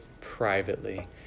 privately